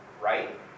right